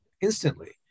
instantly